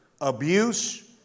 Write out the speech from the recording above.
abuse